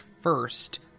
first